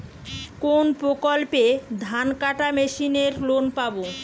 কোন প্রকল্পে ধানকাটা মেশিনের লোন পাব?